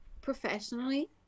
professionally